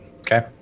Okay